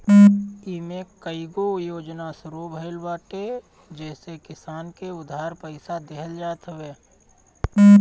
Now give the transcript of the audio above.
इमे कईगो योजना शुरू भइल बाटे जेसे किसान के उधार पईसा देहल जात हवे